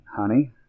Honey